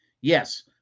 yes